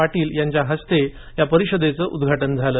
पाटील यांच्या हस्ते या परिषदेचे उद्घाटन झालं